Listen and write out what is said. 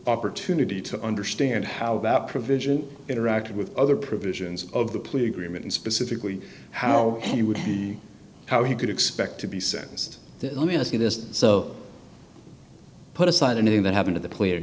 opportunity to understand how that provision interacted with other provisions of the plea agreement and specifically how he would be how he could expect to be sentenced let me ask you this so put aside and in the having of the player